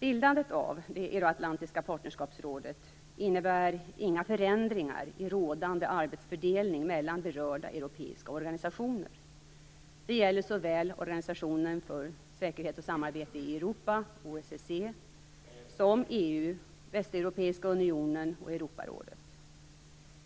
Bildandet av det euroatlantiska partnerskapsrådet innebär inga förändringar i rådande arbetsfördelning mellan berörda europeiska organisationer. Det gäller såväl Organisationen för säkerhet och samarbete i VEU, och Europarådet.